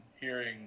hearing